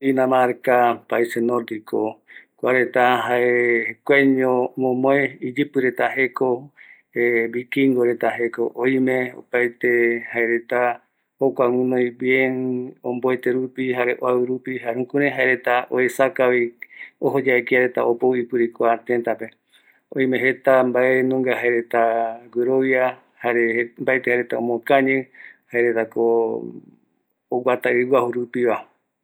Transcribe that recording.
Dinamarka pegua reta kuareta jaema guɨnoi jaeko estilo de vida jikgue jei supeva jaereta ma guɨnoi jaeko convivencia mopetiramiño erei jaereta, erei jaeretavi ma oyapo teatro jare ajereta ma ome ipuere vaera jaereta jeko ma omomae jokua nunga rupi yaeta ndipo supe